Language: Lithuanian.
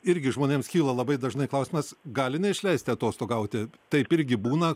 irgi žmonėms kyla labai dažnai klausimas gali neišleisti atostogauti taip irgi būna